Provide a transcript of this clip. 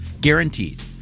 Guaranteed